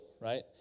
right